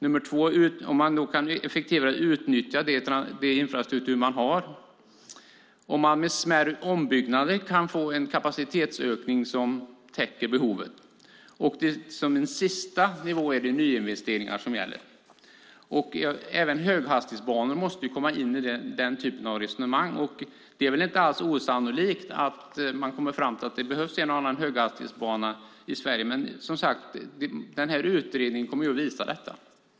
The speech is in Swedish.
Det handlar också om huruvida man kan utnyttja den infrastruktur man har effektivare och om man med smärre ombyggnader kan få en kapacitetsökning som täcker behovet. Som en sista nivå är det nyinvesteringar som gäller. Även höghastighetsbanor måste komma in i den typen av resonemang. Det är inte alls osannolikt att man kommer fram till att det behövs en och annan höghastighetsbana i Sverige. Men, som sagt, denna utredning kommer att visa detta.